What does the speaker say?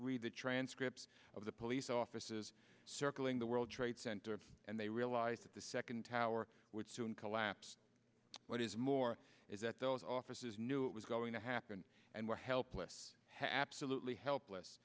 read the transcripts of the police offices circling the world trade center and they realized that the second tower would soon collapse what is more is that those offices knew it was going to happen and were helpless had absolutely helpless